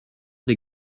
des